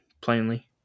plainly